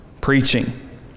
preaching